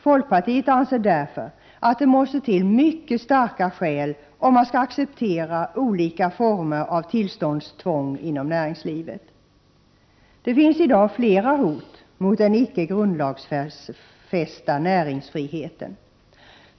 Folkpartiet anser därför att det måste till mycket starka skäl om man skall acceptera olika former av tillståndstvång inom näringslivet. Det finns i dag flera hot mot den icke grundlagsfästa näringsfriheten.